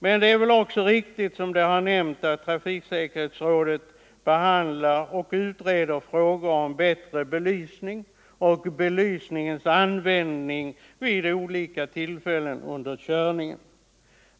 Men det är också riktigt, som här har nämnts, att trafiksäkerhetsrådet behandlar och utreder frågor om bättre fordonsbelysning och belysningens användning vid olika tillfällen under körningen.